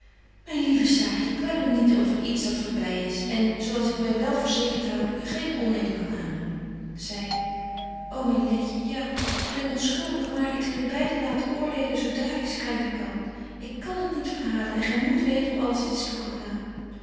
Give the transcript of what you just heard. myn lieve saartje kwel u niet over iets dat voorby is en zo als ik my wel verzekert houde u geen onëer kan aandoen zy ô myn letje ja ik ben onschuldig maar ik zal u beide laten oordelen zo dra ik schryven kan ik kan het niet verhalen en gy moet weten hoe alles is toegegaan